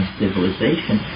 civilization